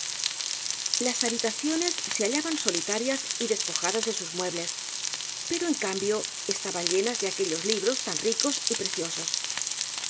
las habitaciones se hallaban solitarias y despojadas de sus muebles pero en cambio estaban llenas de aquellos libros tan ricos y preciosos